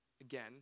again